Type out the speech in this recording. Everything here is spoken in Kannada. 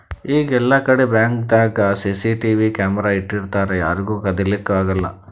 ಈಗ್ ಎಲ್ಲಾಕಡಿ ಬ್ಯಾಂಕ್ದಾಗ್ ಸಿಸಿಟಿವಿ ಕ್ಯಾಮರಾ ಇಟ್ಟಿರ್ತರ್ ಯಾರಿಗೂ ಕದಿಲಿಕ್ಕ್ ಆಗಲ್ಲ